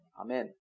Amen